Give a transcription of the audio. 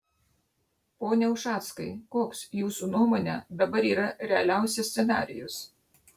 pone ušackai koks jūsų nuomone dabar yra realiausias scenarijus